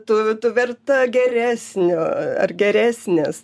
tu tu verta geresnio ar geresnės